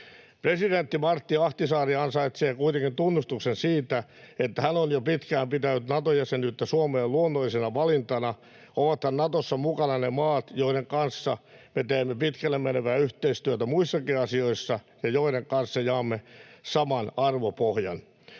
Presidentti Martti Ahtisaari ansaitsee kuitenkin tunnustuksen siitä, että hän on jo pitkään pitänyt Nato-jäsenyyttä Suomelle luonnollisena valintana, ovathan Natossa mukana ne maat, joiden kanssa me teemme pitkälle menevää yhteistyötä muissakin asioissa ja joiden kanssa jaamme saman arvopohjan.